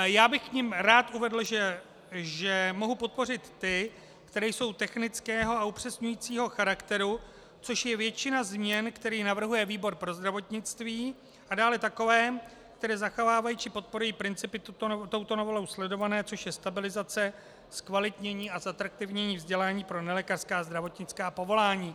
Já bych k nim rád uvedl, že mohu podpořit ty, které jsou technického a upřesňujícího charakteru, což je většina změn, které navrhuje výbor pro zdravotnictví, a dále takové, které zachovávají či podporují principy touto novelou sledované, což je stabilizace, zkvalitnění a zatraktivnění vzdělání pro nelékařská zdravotnická povolání.